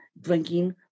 drinking